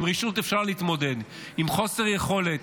עם רשעות אפשר להתמודד, עם חוסר יכולת,